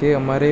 કે અમારે